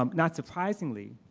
um not surprisingly,